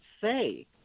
say